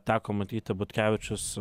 teko matyti butkevičius